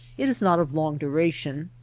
it is not of long duration.